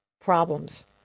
problems